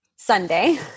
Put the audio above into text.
Sunday